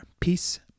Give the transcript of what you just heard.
Peace